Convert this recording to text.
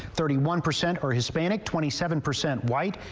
thirty one percent are hispanic, twenty seven percent white.